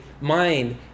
mind